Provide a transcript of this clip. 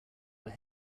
were